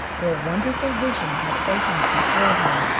for a wonderful vision had opened before him.